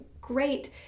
great